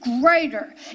greater